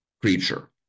creature